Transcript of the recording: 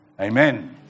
Amen